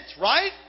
Right